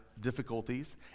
difficulties